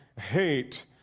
hate